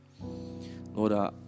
Lord